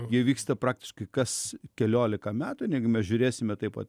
jie vyksta praktiškai kas keliolika metų negi mes žiūrėsime taip vat